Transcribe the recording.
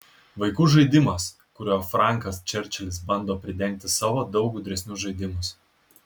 vaikų žaidimas kuriuo frankas čerčilis bando pridengti savo daug gudresnius žaidimus